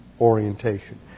orientation